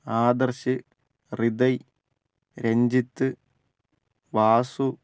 Adarsh Hriday Ranjith Vasu